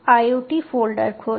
IoT folder खोलें